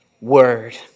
word